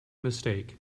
mistake